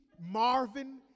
Marvin